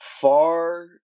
far